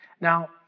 Now